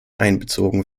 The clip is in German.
einbezogen